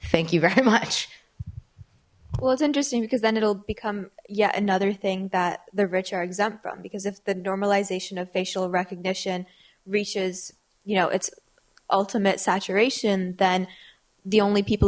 thank you very much well it's interesting because then it'll become yet another thing that the rich are exempt from because if the normalization of facial recognition reaches you know its ultimate saturation then the only people